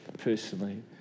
personally